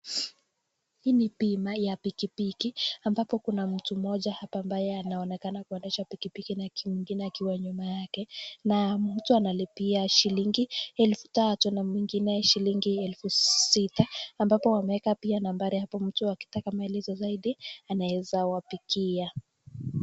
Hii ni picha ya pikipiki ambapo kuna mtu mmoja hapa ambaye anaonekana kuendesha pikipiki na mwingine akiwa nyuma yake. Na mtu analipia shilingi elfu tatu na mwingine shilingi elfu sita ambapo wameweka pia nambari hapo mtu akitaka maelezo zaidi anaweza wapikia.